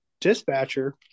dispatcher